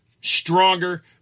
stronger